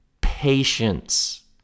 patience